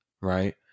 right